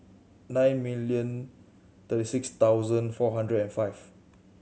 nine million thirty six thousand four hundred and five